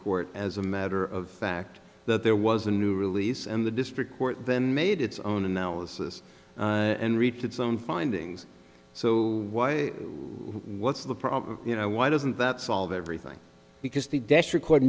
court as a matter of fact that there was a new release and the district court then made its own analysis and reached its own findings so what's the problem you know why doesn't that solve everything because the des